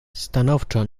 stanowczo